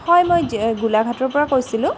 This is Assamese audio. হয় মই গোলাঘাটৰপৰা কৈছিলোঁ